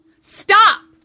Stop